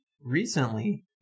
recently